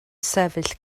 sefyll